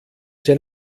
sie